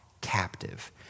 captive